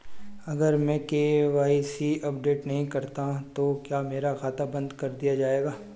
अगर मैं KYC update नहीं करता तो क्या मेरा खाता बंद कर दिया जाएगा?